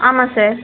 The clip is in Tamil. ஆமாம் சார்